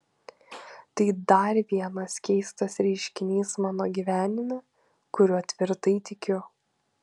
tai dar vienas keistas reiškinys mano gyvenime kuriuo tvirtai tikiu